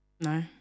No